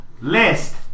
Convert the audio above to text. List